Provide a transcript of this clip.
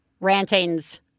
rantings